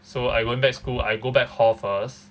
so I going back school I go back hall first